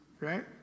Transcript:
right